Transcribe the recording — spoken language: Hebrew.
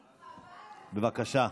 לי,